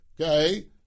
okay